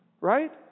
Right